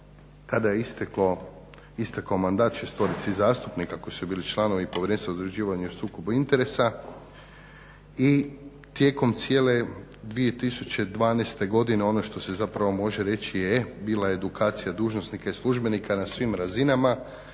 kada je istekao mandat šestorici zastupnika koji su bili članovi Povjerenstva za odlučivanje o sukobu interesa i tijekom cijele 2012. godine ono što se zapravo može reći je bila edukacija i službenika na svim razinama